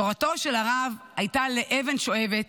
תורתו של הרב הייתה לאבן שואבת,